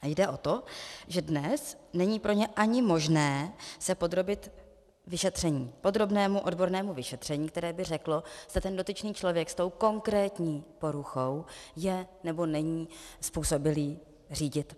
Jde o to, že dnes není pro ně ani možné se podrobit vyšetření, podrobnému odbornému vyšetření, které by řeklo, zda ten dotyčný člověk s konkrétní poruchou je nebo není způsobilý řídit.